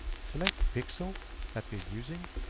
select the pixel that we're using,